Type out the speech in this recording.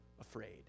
afraid